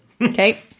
Okay